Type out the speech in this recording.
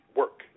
work